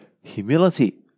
humility